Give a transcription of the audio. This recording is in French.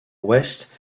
ouest